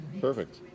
Perfect